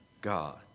God